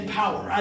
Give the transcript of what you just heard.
power